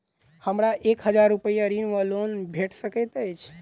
हमरा एक हजार रूपया ऋण वा लोन भेट सकैत अछि?